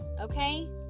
Okay